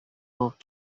болуп